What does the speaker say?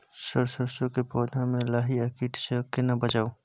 Sir सरसो के पौधा में लाही आ कीट स केना बचाऊ?